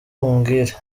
umbwire